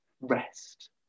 rest